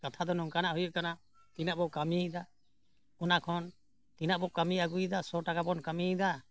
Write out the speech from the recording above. ᱠᱟᱛᱷᱟ ᱫᱚ ᱱᱚᱝᱠᱟᱱᱟᱜ ᱦᱩᱭᱩᱜ ᱠᱟᱱᱟ ᱛᱤᱱᱟᱹᱜ ᱵᱚᱱ ᱠᱟᱹᱢᱤᱭᱮᱫᱟ ᱚᱱᱟᱠᱷᱚᱱ ᱛᱤᱱᱟᱹᱜ ᱵᱚᱱ ᱠᱟᱹᱢᱤ ᱟᱹᱜᱩᱭᱮᱫᱟ ᱥᱚ ᱴᱟᱠᱟ ᱵᱚᱱ ᱠᱟᱹᱢᱤᱭᱮᱫᱟ